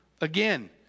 again